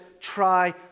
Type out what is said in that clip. try